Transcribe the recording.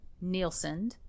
Nielsen